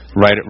right